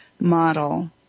model